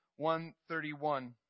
131